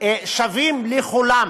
שווים לכולם,